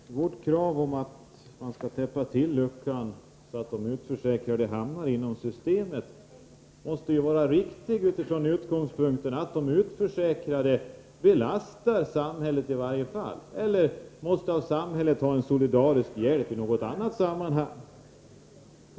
Fru talman! Vårt krav på att man skall täppa till luckan så att de utförsäkrade hamnar inom systemet måste vara riktigt utifrån utgångspunkten att de utförsäkrade av samhället måste få en solidarisk hjälp på annat sätt.